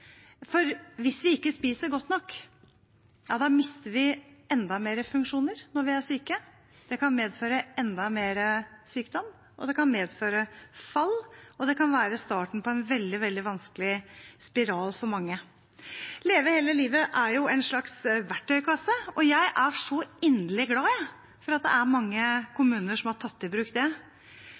Det kan medføre enda mer sykdom, det kan medføre fall, og det kan være starten på en veldig, veldig vanskelig spiral for mange. Leve hele livet er en slags verktøykasse, og jeg er så inderlig glad for at det er mange kommuner som har tatt i bruk den, for det